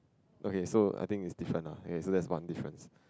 okay so I think it's different ah okay so that's one difference